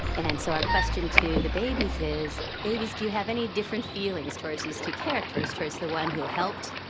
and so our question to the babies is, babies, do you have any different feelings towards these two characters, towards the one who helped,